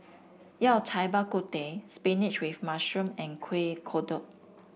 Yao Cai Bak Kut Teh spinach with mushroom and Kuih Kodok